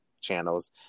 channels